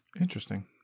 Interesting